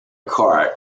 kart